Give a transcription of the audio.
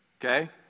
okay